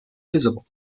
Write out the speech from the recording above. visible